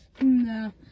no